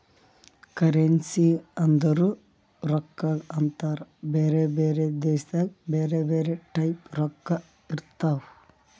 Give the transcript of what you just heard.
currency ಅಂದುರ್ ರೊಕ್ಕಾಗ ಅಂತಾರ್ ಬ್ಯಾರೆ ಬ್ಯಾರೆ ದೇಶದಾಗ್ ಬ್ಯಾರೆ ಬ್ಯಾರೆ ಟೈಪ್ ರೊಕ್ಕಾ ಇರ್ತಾವ್